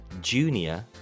Junior